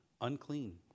unclean